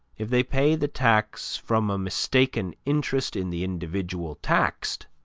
if they pay the tax from a mistaken interest in the individual taxed,